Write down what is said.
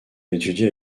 étudié